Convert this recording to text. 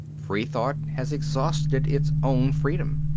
free thought has exhausted its own freedom.